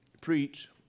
preach